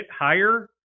higher